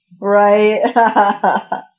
right